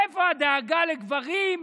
איפה הדאגה לגברים?